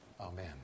Amen